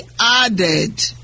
added